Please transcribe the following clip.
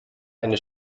eine